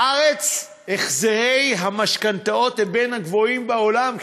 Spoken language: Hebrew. בארץ החזרי המשכנתאות הם בין הגבוהים בעולם,